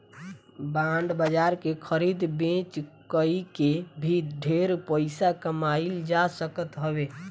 bond बाजार के खरीद बेच कई के भी ढेर पईसा कमाईल जा सकत हवे